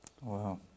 Wow